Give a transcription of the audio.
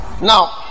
now